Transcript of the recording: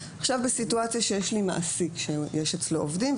בסיטואציה שבה יש מעסיק שיש אצלו עובדים,